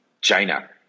China